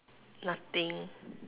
nothing